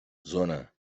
zona